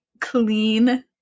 clean